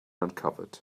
uncovered